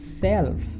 self